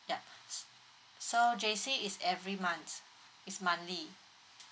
ya so J_C is every months is monthly